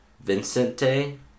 Vincente